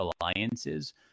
alliances